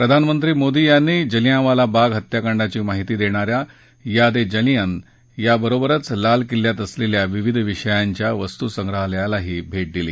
प्रधानमंत्री मोदी यांनी जालियनवाला बाग हत्याकांडाची माहिती देणा या याद ए जालियन बरोबरच लाल किल्ल्यात असलेल्या विविध विषयांच्या वस्तूसंग्रहालयालाही भेट दिली